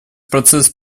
процесс